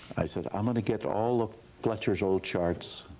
i said, i'm going to get all of fletcher's old charts